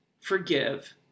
forgive